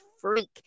freak